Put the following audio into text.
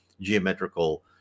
geometrical